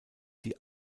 die